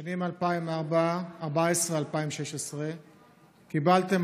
"בשנים 2014 2016 קיבלתם,